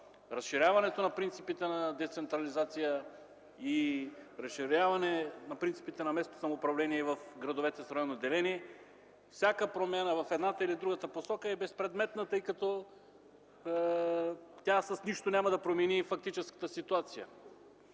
разширяването на принципите на децентрализация и разширяване на принципите на местното самоуправление в градовете с районно деление, всяка промяна в едната или в другата посока е безпредметна, тъй като тя с нищо няма да промени фактическата ситуация.